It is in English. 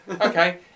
Okay